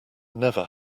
never